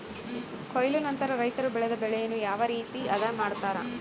ಕೊಯ್ಲು ನಂತರ ರೈತರು ಬೆಳೆದ ಬೆಳೆಯನ್ನು ಯಾವ ರೇತಿ ಆದ ಮಾಡ್ತಾರೆ?